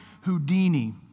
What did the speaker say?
Houdini